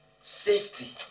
safety